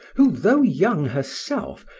who, though young herself,